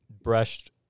brushed